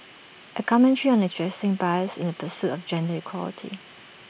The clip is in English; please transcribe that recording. A commentary on addressing bias in the pursuit of gender equality